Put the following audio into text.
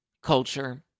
Culture